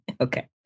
Okay